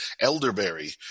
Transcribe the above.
elderberry